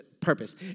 purpose